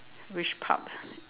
which part